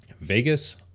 Vegas